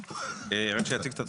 רק תציג את עצמך.